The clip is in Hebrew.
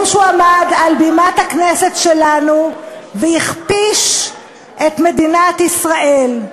שהוא עמד על בימת הכנסת שלנו והכפיש את מדינת ישראל,